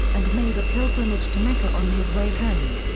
and made a pilgrimage to mecca on his way home.